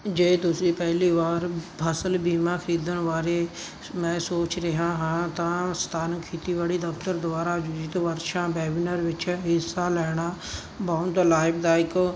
ਜੇ ਤੁਸੀਂ ਪਹਿਲੀ ਵਾਰ ਫਸਲ ਬੀਮਾ ਖਰੀਦਣ ਬਾਰੇ ਮੈਂ ਸੋਚ ਰਿਹਾ ਹਾਂ ਤਾਂ ਸਥਾਨਕ ਖੇਤੀਬਾੜੀ ਦਫਤਰ ਦੁਆਰਾ ਆਯੋਜਿਤ ਵਰਸ਼ਾ ਵੈਬਿਨਰ ਵਿੱਚ ਹਿੱਸਾ ਲੈਣਾ ਬਹੁਤ ਲਾਭਦਾਇਕ